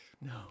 No